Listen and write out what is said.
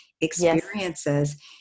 experiences